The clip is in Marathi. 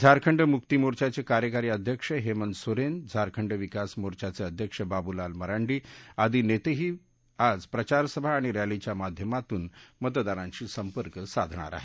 झारखंड मुक्ती मोर्चाचे कार्यकारी अध्यक्ष हेमंत सोरेन झारखंड विकास मोर्चाचे अध्यक्ष बाबुलाल मरांडी आदी नेतही आज प्रचारसभा आणि रॅलीच्या माध्यमातून मतदारांशी संपर्क साधणार आहेत